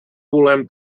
volem